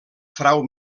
frau